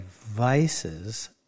vices